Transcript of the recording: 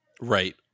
Right